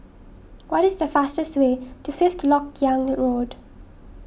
what is the fastest way to Fifth Lok Yang Road